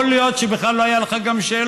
יכול להיות שבכלל לא היו לך שאלות.